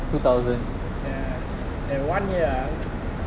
ya that one year ah